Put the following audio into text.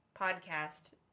podcast